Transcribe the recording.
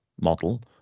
model